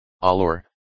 Allor